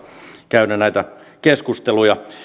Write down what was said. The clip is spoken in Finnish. käydä näitä keskusteluja